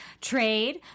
trade